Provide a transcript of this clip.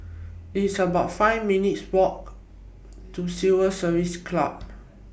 It's about five minutes' Walk to Civil Service Club